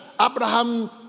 Abraham